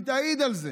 היא תעיד על זה,